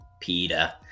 Peter